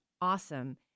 awesome